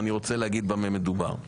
אני רוצה לומר במה מדובר.